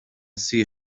see